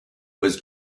was